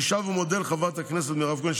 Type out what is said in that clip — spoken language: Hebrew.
אני שב ומודה לחברת הכנסת מירב כהן,